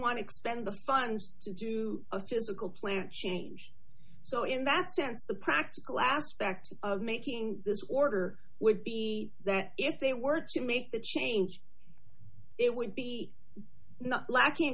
want to expend the funds to do a physical plant change so in that sense the practical aspect of making this order would be that if they were to make a change it would be not lacking